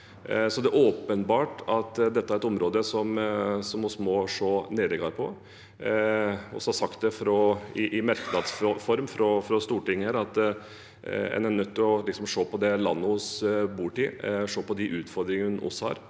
Det er åpenbart at dette er et område som vi må se nærmere på. Vi har sagt det i merknads form fra Stortinget at en er nødt til å se på det landet vi bor i, se på de utfordringene vi har.